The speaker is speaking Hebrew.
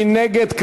מי נגד?